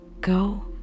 Go